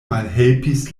malhelpis